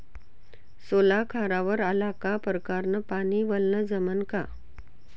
सोला खारावर आला का परकारं न पानी वलनं जमन का?